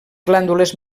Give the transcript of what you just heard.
glàndules